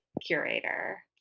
curator